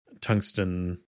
tungsten